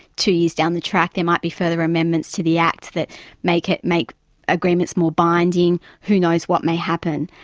two years down the track. there might be further amendments to the act that make it, make agreements more binding, who knows what may happen.